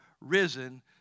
risen